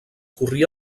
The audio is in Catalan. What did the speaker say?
corria